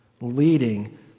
leading